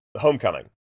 Homecoming